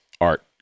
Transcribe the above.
art